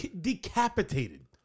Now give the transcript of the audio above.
Decapitated